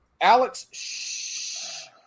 Alex